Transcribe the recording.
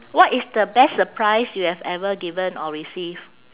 what is the best surprise you have ever given or receive